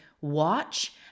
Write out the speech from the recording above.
watch